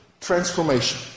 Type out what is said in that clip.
transformation